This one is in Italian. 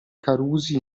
carusi